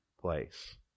place